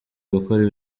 gukora